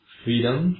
freedom